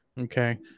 Okay